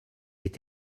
est